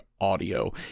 audio